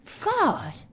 God